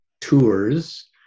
tours